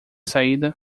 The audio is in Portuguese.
saída